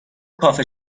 کافه